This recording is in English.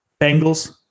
Bengals